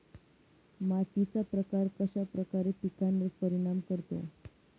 मातीचा प्रकार कश्याप्रकारे पिकांवर परिणाम करतो?